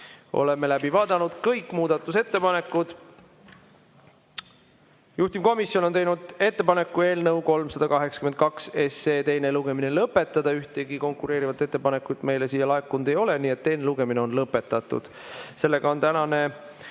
Oleme läbi vaadanud kõik muudatusettepanekud. Juhtivkomisjon on teinud ettepaneku eelnõu 382 teine lugemine lõpetada. Ühtegi konkureerivat ettepanekut meile siia laekunud ei ole, nii et teine lugemine on lõpetatud. Sellega on tänane